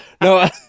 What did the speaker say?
No